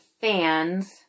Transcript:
fans